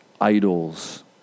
idols